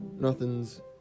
nothing's